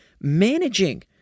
managing